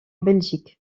belgique